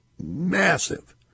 massive